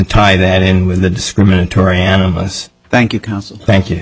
tie that in with the discriminatory animists thank you counsel thank you